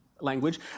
language